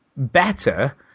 Better